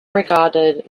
regarded